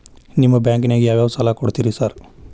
ನಿಮ್ಮ ಬ್ಯಾಂಕಿನಾಗ ಯಾವ್ಯಾವ ಸಾಲ ಕೊಡ್ತೇರಿ ಸಾರ್?